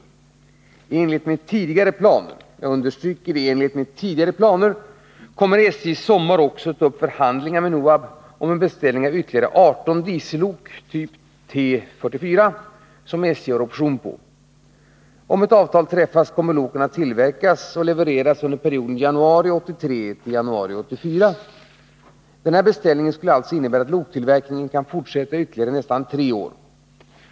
I enlighet med tidigare planer — jag understryker det — kommer SJ i sommar också att ta upp förhandlingar med NOHAB om en beställning av ytterligare 18 diesellok av typ T44 som SJ har option på. Om ett avtal träffas kommer loken att tillverkas för leverans under perioden januari 1983-januari 1984. Den här beställningen skulle alltså innebära att loktillverkningen kan fortsätta i ytterligare nästan tre år.